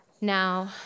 Now